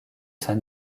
san